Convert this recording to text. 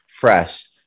fresh